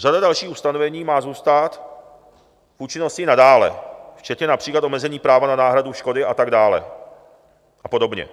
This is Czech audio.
Řada dalších ustanovení má zůstat v účinnosti i nadále, včetně například omezení práva na náhradu škody a tak dále a tak podobně.